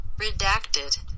Redacted